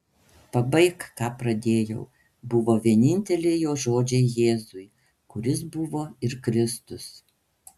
pabaik ką pradėjau buvo vieninteliai jo žodžiai jėzui kuris buvo ir kristus